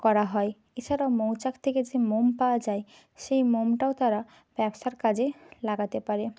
করা হয় এছাড়াও মৌচাক থেকে যে মোম পাওয়া যায় সেই মোমটাও তারা ব্যবসার কাজে লাগাতে পারে